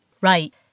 Right